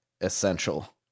essential